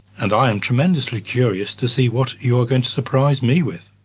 and i am tremendously curious to see what you are going to surprise me with.